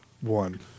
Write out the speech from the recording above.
one